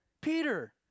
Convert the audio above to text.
Peter